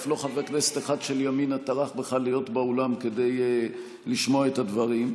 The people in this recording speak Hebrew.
אף חבר כנסת אחד של ימינה לא טרח בכלל להיות באולם כדי לשמוע את הדברים.